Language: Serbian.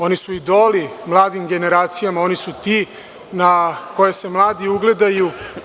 Oni su idoli mladim generacijama, oni su ti na koje se mladi ugledaju.